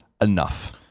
enough